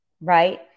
Right